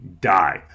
die